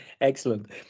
Excellent